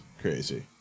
crazy